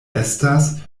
estas